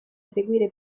eseguire